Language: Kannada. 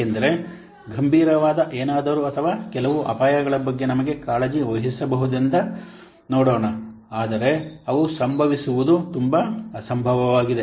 ಏಕೆಂದರೆ ಗಂಭೀರವಾದ ಏನಾದರೂ ಅಥವಾ ಕೆಲವು ಅಪಾಯಗಳ ಬಗ್ಗೆ ನಮಗೆ ಕಾಳಜಿ ವಹಿಸಬಹುದೆಂದು ನೋಡೋಣ ಆದರೆ ಅವು ಸಂಭವಿಸುವುದು ತುಂಬಾ ಅಸಂಭವವಾಗಿದೆ